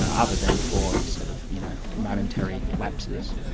ah other than for sort of you know momentary lapses,